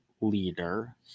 leader